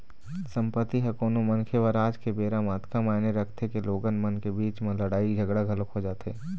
संपत्ति ह कोनो मनखे बर आज के बेरा म अतका मायने रखथे के लोगन मन के बीच म लड़ाई झगड़ा घलोक हो जाथे